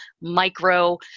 micro